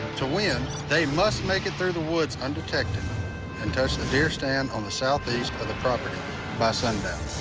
to win, they must make it through the woods undetected and touch the deer stand on the south east of the property by sundown.